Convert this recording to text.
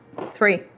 Three